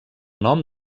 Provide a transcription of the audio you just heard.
nom